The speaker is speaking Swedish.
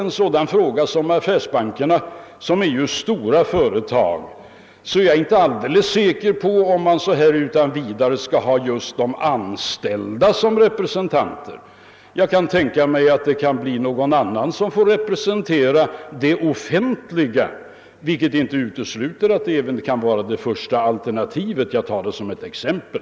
När det gäller affärsbankerna, som ju är stora företag, är jag inte alldeles säker på att just de anställda bör ha en sådan representation. Jag kan tänka mig att någon annan part skulle få representera det offentliga... Jag utesluter emellertid inte heller det första alter: nativet. Jag tar detta bara som ett exempel.